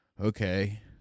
okay